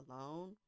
alone